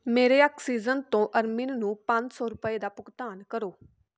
ਮੇਰੇ ਆਕਸੀਜਨ ਤੋਂ ਅਰਮਿਨ ਨੂੰ ਪੰਜ ਸੌ ਰੁਪਏ ਦਾ ਭੁਗਤਾਨ ਕਰੋ